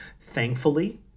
Thankfully